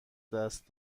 دست